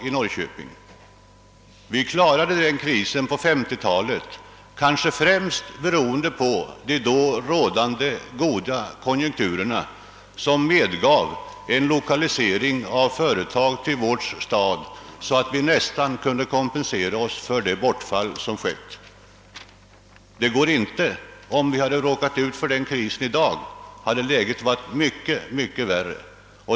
Denna kris klarades kanske främst beroende på de då rådande goda konjunkturerna, som medgav en lokalisering av företag till vår stad i sådan utsträckning att vi nästan kunde kompensera oss för det bortfall som ägt rum. Hade vi råkat ut för den krisen i dag hade läget varit mycket värre.